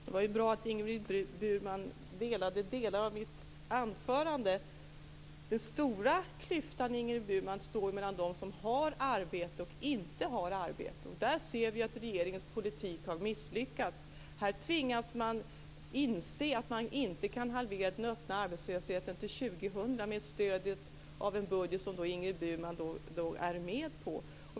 Fru talman! Det var bra att Ingrid Burman instämde i delar av mitt anförande. Den stora klyftan är mellan dem som har arbete och dem som inte har arbete. Där ser vi att regeringens politik har misslyckats. Man tvingas inse att man inte kan halvera den öppna arbetslösheten till år 2000 med stöd av en budget som Ingrid Burman är med på.